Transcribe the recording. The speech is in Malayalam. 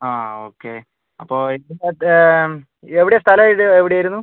ഓക്കെ അപ്പോൾ എവിടെയാ സ്ഥലം ഇത് എവിടെയായിരുന്നു